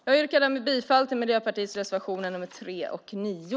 Jag yrkar bifall till Miljöpartiets reservationer nr 3 och 9.